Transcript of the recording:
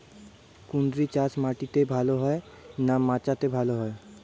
কুঁদরি চাষ মাটিতে ভালো হয় না মাচাতে ভালো হয়?